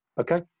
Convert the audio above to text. okay